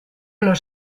los